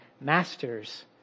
masters